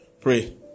pray